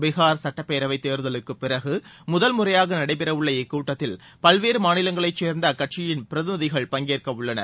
பீகார் சட்டப்பேரவைதேர்தலுக்குப்பிறகுமுதன் முறையாகநடைபெறவுள்ள இக்கூட்டத்தில் பல்வேறுமாநிலங்களைச் சேர்ந்தஅக்கட்சியின் பிரதிநிதிகள் பங்கேற்கவுள்ளனர்